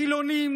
חילונים,